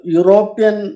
European